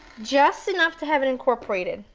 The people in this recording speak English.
just enough to have it incorporated.